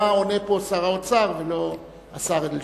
היה עונה פה שר האוצר ולא השר אדלשטיין.